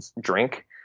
drink